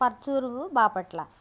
Parchur Bapatla